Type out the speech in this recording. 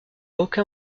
aucun